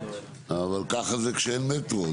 אבל ככה זה כשאין מטרו,